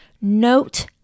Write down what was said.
Note